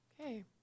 Okay